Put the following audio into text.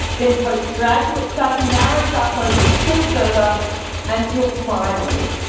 then post-graduate study narrows our focus still further until finally,